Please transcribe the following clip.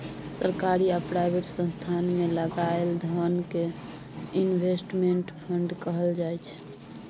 सरकारी आ प्राइवेट संस्थान मे लगाएल धोन कें इनवेस्टमेंट फंड कहल जाय छइ